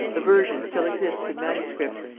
the version still exists in manuscript,